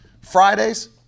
Fridays